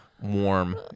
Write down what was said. warm